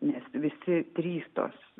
nes visi trys tos